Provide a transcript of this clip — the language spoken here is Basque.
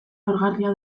lorgarria